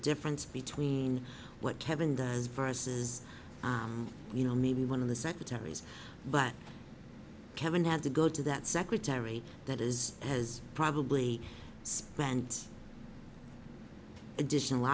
difference between what kevin does viruses you know maybe one of the secretaries but kevin had to go to that secretary that is as probably spends additional